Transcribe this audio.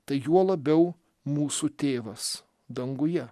tai juo labiau mūsų tėvas danguje